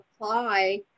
apply